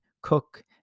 cook